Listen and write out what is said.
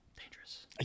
Dangerous